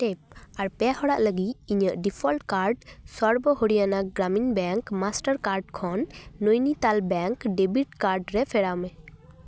tap ᱟᱨ pay ᱦᱚᱲᱟᱜ ᱞᱟᱹᱜᱤᱫ ᱤᱧᱟᱹᱜ default card Sarva Haryana Gramin bank Mastercard ᱠᱷᱚᱱ ᱱᱚᱭᱱᱤᱛᱟᱞ ᱵᱮᱝᱠ ᱰᱮᱵᱤᱴ ᱠᱟᱨᱰ ᱨᱮ ᱯᱷᱮᱨᱟᱣᱢᱮ